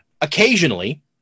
occasionally